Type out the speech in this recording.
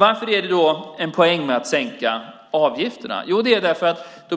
Varför är det då en poäng med att sänka avgifterna? Jo, det är för att det då